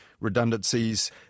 redundancies